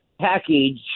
package